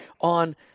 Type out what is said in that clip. on